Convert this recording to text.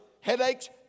headaches